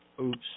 Oops